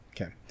Okay